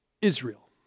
Israel